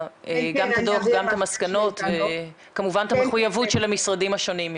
גם את המסקנות וכמובן את המחויבות של המשרדים השונים,